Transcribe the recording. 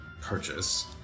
purchase